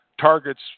targets